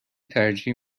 ترجیح